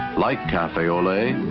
like cafe au lait,